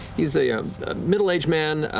he's a um ah middle aged man,